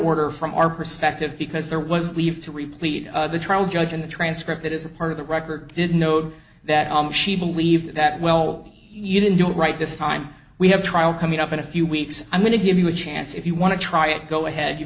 order from our perspective because there was leave to repeat the trial judge in the transcript that is a part of the record did note that she believed that well you can do it right this time we have trial coming up in a few weeks i'm going to give you a chance if you want to try it go ahead you